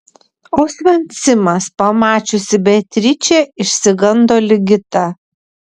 osvencimas pamačiusi beatričę išsigando ligita